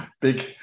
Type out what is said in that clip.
big